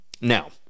Now